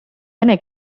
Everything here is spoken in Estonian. vene